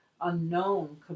unknown